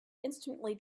instantly